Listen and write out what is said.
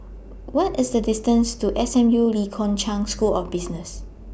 What IS The distance to S M U Lee Kong Chian School of Business